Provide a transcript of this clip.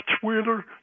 Twitter